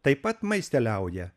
taip pat maisteliauja